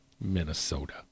Minnesota